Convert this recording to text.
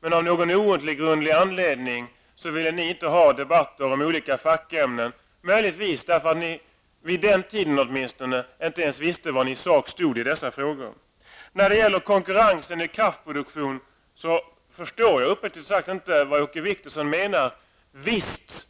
Men av någon outgrundlig anledning ville ni inte ha debatter i olika fackämnen. Möjligtvis kan det ha berott på att ni vid den tiden inte visste var ni i sak stod i dessa frågor. Jag förstår uppriktigt sagt inte Åke Wictorsson när det gäller konkurrensen i kraftproduktionen. Visst